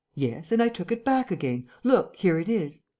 yes and i took it back again. look, here it is.